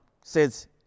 says